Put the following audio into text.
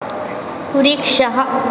वृक्षः